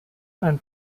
ein